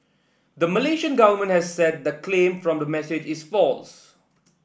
the Malaysian government has said the claim from the message is false